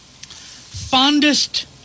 fondest